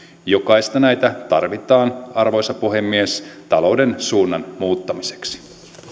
jokaista näitä tarvitaan arvoisa puhemies talouden suunnan muuttamiseksi